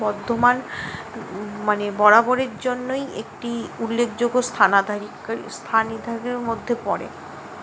বর্ধমান মানে বরাবরের জন্যই একটি উল্লেখযোগ্য স্থানাধারীকারী স্থানের মধ্যে পড়ে